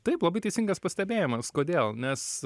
taip labai teisingas pastebėjimas kodėl nes